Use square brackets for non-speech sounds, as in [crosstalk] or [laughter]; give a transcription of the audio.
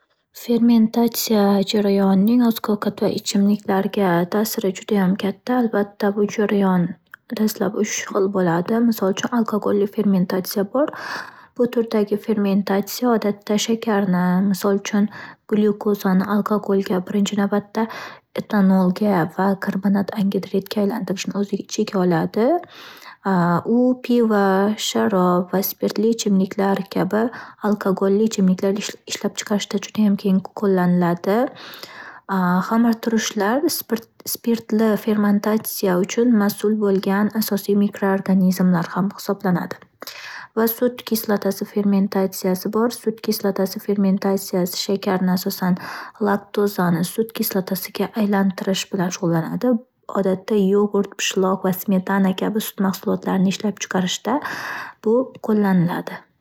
Fermentatsiya jarayonining oziq-ovqat va ichimliklarga ta'siri judayam katta. Albatta, bu jarayon dastlab uch xil bo'ladi. Misol uchun: alkagolli fermentatsiya bor. Bu turdagi fermentatsiya odatda shakarni, misol uchun, glyukozani alkagolga birinchi navbatda etanolga va karbonat angidridga aylantirishni o'z ichiga oladi. [hesitation] U pivo, sharob va spirtli ichimliklar kabi alkogolli ichimliklar ish- ishlab chiqarishda judayam keng qo'llaniladi. [hesitation] Xamirturishlar spir-spirtli fermantatsiya uchun mas'ul bo'lgan asosiy mikroorganizmlar ham hisoblanadi. Va sut kislotasi fermentatsiyasi bor. Sut kislotasi fermentatsiyasi shakarni, asosan, laktozani sut kislotasiga aylantirish bilan shug'ullanadi, odatda, yogurt, pishloq, smetana kabi sut mahsulotlarini ishlab chiqarishda qo'llaniladi.